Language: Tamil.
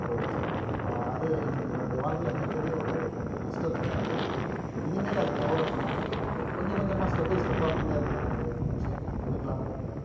போயிடுச்சு அது என்னுடைய வாழ்க்கையில் மிக பெரிய ஒரு நஷ்ட்டத்தில் ஏற்பட்டது இனிமேல் அந்த தவறை பண்ணாமல் கொஞ்சம் கொஞ்சமாக ஸ்டெப் பை ஸ்டெப்பாக முன்னேகிறதுக்கான ஒரு முயற்சியை எடுக்கலாம் நினைக்கிறேன்